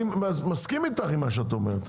מסכים עם מה שאת אומרת.